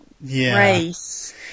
race